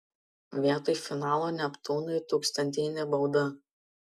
vietoj finalo neptūnui tūkstantinė bauda